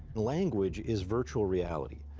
language is virtual reality.